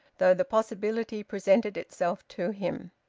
though the possibility presented itself to him.